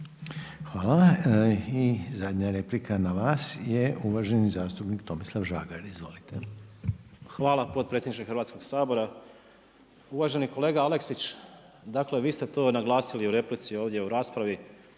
Hvala. I zadnja replika na vas je uvaženi zastupnik Tomislav Žagar. Izvolite. **Žagar, Tomislav (Nezavisni)** Hvala potpredsjedniče Hrvatskog sabora. Uvaženi kolega Aleksić, dakle vi ste to naglasili u replici ovdje u raspravi,